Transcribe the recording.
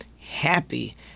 happy